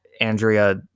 Andrea